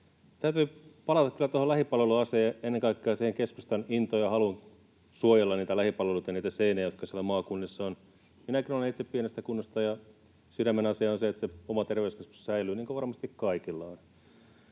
kyllä tuohon lähipalveluasiaan ja ennen kaikkea siihen keskustan intoon ja haluun suojella niitä lähipalveluita ja niitä seiniä, jotka siellä maakunnissa ovat. Minäkin olen itse pienestä kunnasta, ja sydämenasia on se, että oma terveyskeskus säilyy, niin kuin varmasti kaikilla on.